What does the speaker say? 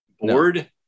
Bored